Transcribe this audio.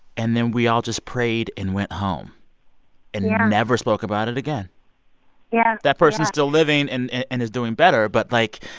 and then we all just prayed and went home and never spoke about it again yeah, yeah that person's still living and and is doing better. but, like,